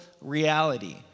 reality